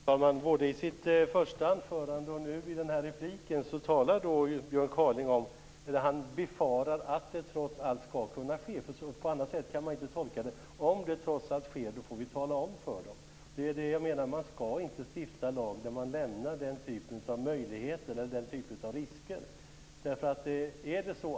Fru talman! Både i sitt första anförande och nu i repliken säger Björn Kaaling att han befarar att det trots allt skall kunna ske. På annat sätt kan man inte tolka det när han säger: om det trots allt sker får vi tala om för dem. Det är det jag menar. Man skall inte stifta en lag där man lämnar den typen av möjligheter eller risker.